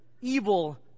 evil